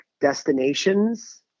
destinations